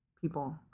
people